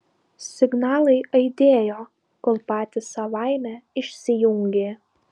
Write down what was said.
signalai aidėjo kol patys savaime išsijungė